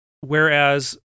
Whereas